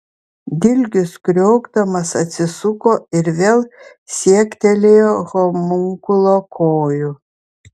dilgius kriokdamas atsisuko ir vėl siektelėjo homunkulo kojų